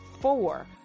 Four